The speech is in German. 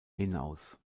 hinaus